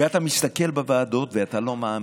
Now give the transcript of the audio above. ואתה מסתכל בוועדות ואתה לא מאמין.